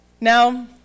Now